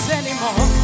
anymore